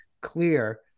clear